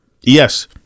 Yes